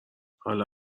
حالا